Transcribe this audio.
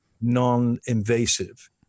non-invasive